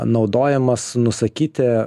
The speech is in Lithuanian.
naudojamas nusakyti